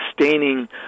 sustaining